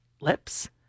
lips